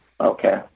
Okay